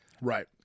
Right